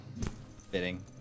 Fitting